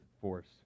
force